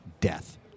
death